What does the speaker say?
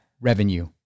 revenue